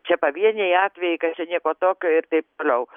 čia pavieniai atvejai kad čia nieko tokio ir taip toliau